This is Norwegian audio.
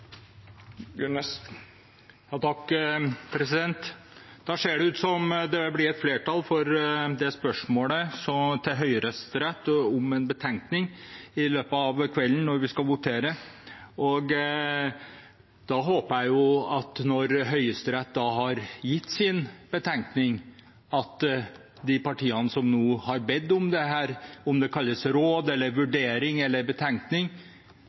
det i løpet av kvelden blir et flertall, når vi skal votere, for å få en betenkning fra Høyesterett. Jeg håper at når Høyesterett har gitt sin betenkning, vil de partiene som har bedt om dette – om det kalles råd, vurdering eller betenkning – virkelig vurdere om dette er «lite inngripende» eller